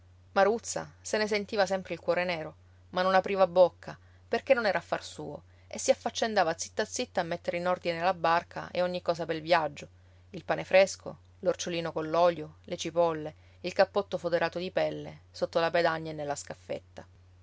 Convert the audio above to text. maruzza se ne sentiva sempre il cuore nero ma non apriva bocca perché non era affar suo e si affaccendava zitta zitta a mettere in ordine la barca e ogni cosa pel viaggio il pane fresco l'orciolino coll'olio le cipolle il cappotto foderato di pelle sotto la pedagna e nella scaffetta